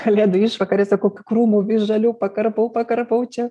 kalėdų išvakarėse kokių krūmų visžalių pakarpau pakarpau čia